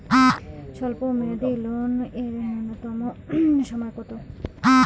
স্বল্প মেয়াদী লোন এর নূন্যতম সময় কতো?